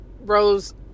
rose